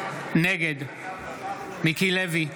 נגד מיקי לוי,